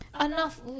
enough